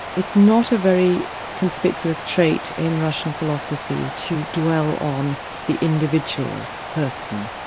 it's not a very conspicuous trait in russian philosophy to dwell on the individual person.